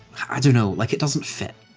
i don't know, like it doesn't fit.